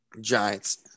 Giants